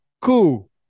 Cool